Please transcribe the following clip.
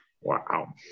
Wow